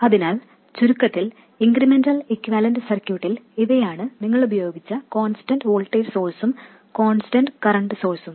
അതിനാൽ ചുരുക്കത്തിൽ incremental equivalent സർക്യൂട്ടിൽ ഇവയാണ് നിങ്ങൾ ഉപയോഗിച്ച കോൺസ്റ്റന്റ് വോൾട്ടേജ് സോഴ്സും കോൺസ്റ്റന്റ് കറൻറ് സോഴ്സും